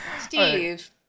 Steve